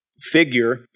figure